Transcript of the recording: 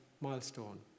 milestone